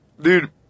Dude